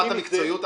רמת המקצועיות,